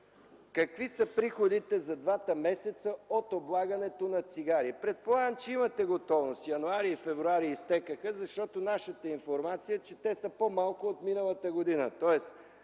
какви са приходите за двата месеца от облагането на цигари? Предполагам, че имате готовност – м. януари и февруари изтекоха. Нашата информация е, че те са по-малко от миналата година. Тоест